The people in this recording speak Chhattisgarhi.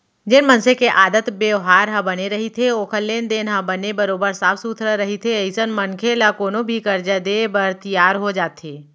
जेन मनसे के आदत बेवहार ह बने रहिथे ओखर लेन देन ह बने बरोबर साफ सुथरा रहिथे अइसन मनखे ल कोनो भी करजा देय बर तियार हो जाथे